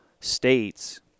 states